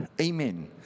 Amen